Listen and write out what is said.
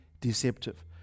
deceptive